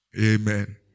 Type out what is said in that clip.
Amen